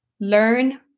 Learn